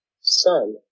son